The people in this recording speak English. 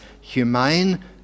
humane